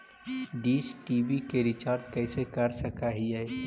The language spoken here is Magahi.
डीश टी.वी के रिचार्ज कैसे कर सक हिय?